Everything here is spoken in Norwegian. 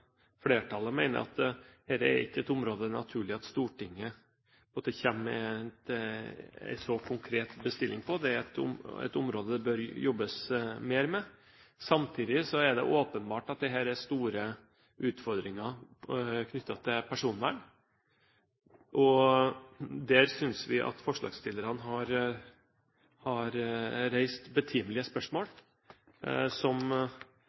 flertallet – at dette ikke er et område der det er naturlig at Stortinget kommer med en så konkret bestilling. Det er et område det bør jobbes mer med. Samtidig er det åpenbart at det er store utfordringer knyttet til personvern. Der synes vi at forslagsstillerne har reist betimelige spørsmål, som